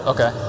Okay